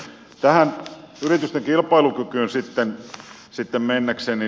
tähän yritysten kilpailukykyyn sitten mennäkseni